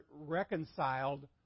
reconciled